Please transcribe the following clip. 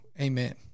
amen